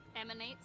emanates